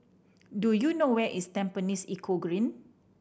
do you know where is Tampines Eco Green